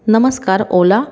नमस्कार ओला